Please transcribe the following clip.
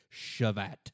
Shavat